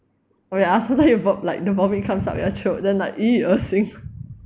oh ya sometimes you burp like the vomit comes up your front then like !ee! 恶心